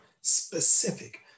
specific